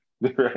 Right